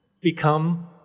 become